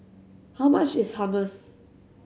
how much is Hummus